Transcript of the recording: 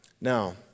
Now